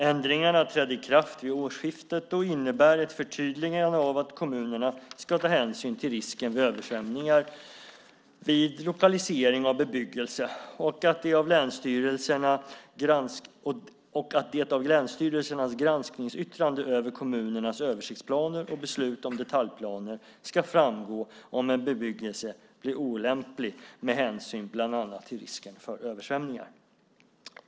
Ändringarna trädde i kraft vid årsskiftet och innebär ett förtydligande av att kommunerna ska ta hänsyn till risken för översvämningar vid lokalisering av bebyggelse och att det av länsstyrelsernas granskningsyttrande över kommunernas översiktsplaner och beslut om detaljplaner ska framgå om en bebyggelse blir olämplig med hänsyn bland annat till risken för översvämningar.